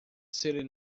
city